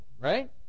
right